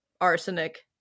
arsenic